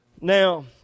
Now